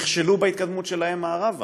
נכשלו בהתקדמות שלהם מערבה,